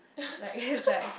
like it's like